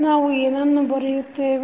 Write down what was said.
ನಾವು ಏನನ್ನು ಬರೆಯುತ್ತೇವೆ